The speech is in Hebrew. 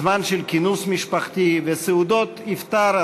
זמן של כינוס משפחתי וסעודות אפטאר,